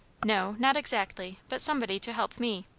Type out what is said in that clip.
no, not exactly but somebody to help me.